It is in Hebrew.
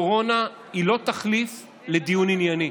קורונה, קורונה היא לא תחליף לדיון ענייני.